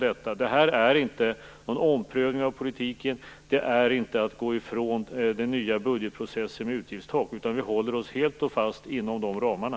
Det här är inte någon omprövning av politiken. Det är inte att gå ifrån den nya budgetprocessen med utgiftstak. Vi håller oss helt och hållet inom de ramarna.